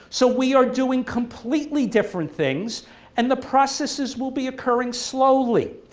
so we are doing completely different things and the processes will be occurring slowly.